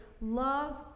love